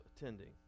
attending